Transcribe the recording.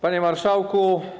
Panie Marszałku!